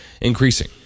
increasing